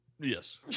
Yes